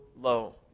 low